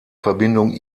verbindung